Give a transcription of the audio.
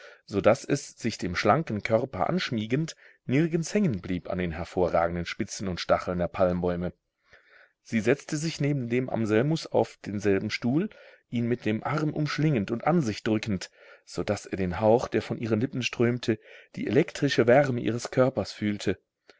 so daß es sich dem schlanken körper anschmiegend nirgends hängen blieb an den hervorragenden spitzen und stacheln der palmbäume sie setzte sich neben dem anselmus auf denselben stuhl ihn mit dem arm umschlingend und an sich drückend so daß er den hauch der von ihren lippen strömte die elektrische wärme ihres körpers fühlte